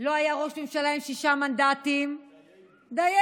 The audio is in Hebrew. לא היה ראש ממשלה עם שישה מנדטים, דיינו,